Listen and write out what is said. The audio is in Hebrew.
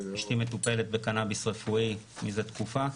אשתי מטופלת בקנאביס רפואי מזה תקופה.